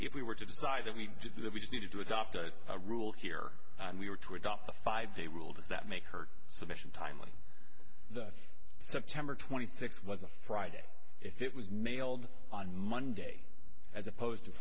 if we were to decide that we needed to adopt a rule here and we were to adopt a five day rule does that make her sufficient timely the september twenty six was a friday if it was mailed on monday as opposed